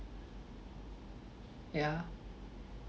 yeah